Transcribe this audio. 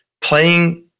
playing